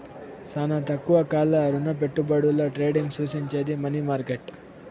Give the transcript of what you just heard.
శానా తక్కువ కాల రుణపెట్టుబడుల ట్రేడింగ్ సూచించేది మనీ మార్కెట్